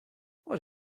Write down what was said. what